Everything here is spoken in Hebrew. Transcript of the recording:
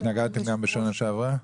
התנגדתם גם בשנה שעברה?